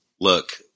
look